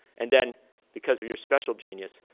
and then because of your special genius,